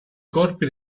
corpi